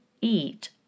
eat